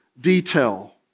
detail